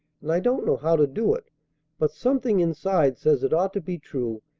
and i don't know how to do it but something inside says it ought to be true,